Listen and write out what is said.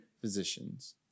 physicians